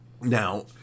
Now